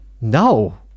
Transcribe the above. No